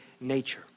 nature